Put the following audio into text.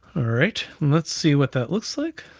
alright, let's see what that looks like.